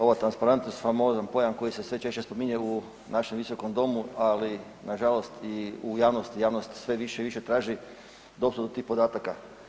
Ova transparentnost famozan pojam koji se sve češće spominje u našem visokom domu, ali nažalost i u javnosti, javnost sve više i više traži dostavu tih podataka.